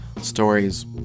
stories